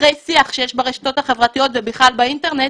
אחרי שיח שיש ברשתות החברתיות ובכלל באינטרנט